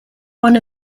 one